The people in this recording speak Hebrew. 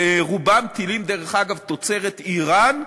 רובם, דרך אגב, טילים תוצרת איראן,